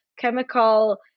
chemical